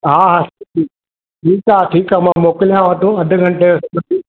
हा हा जी जी ठीकु आहे ठीकु आहे मां मोकलयांव तो अध घंटे में